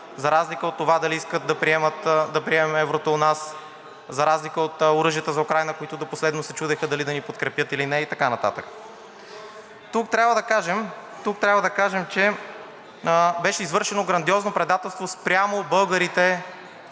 за разлика от това дали искат да приемем еврото у нас, за разлика от оръжията за Украйна, които до последно се чудеха дали да ни подкрепят, или не и така нататък. Тук трябва да кажем, че беше извършено грандиозно предателство спрямо българите